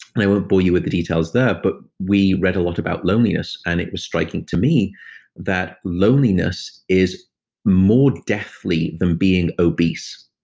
i won't bore you with the details there, but we read a lot about loneliness, and it was striking to me that loneliness is more deathly than being obese,